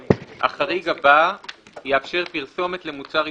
החריג הבא יאפשר פרסומת למוצר עישון,